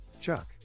Chuck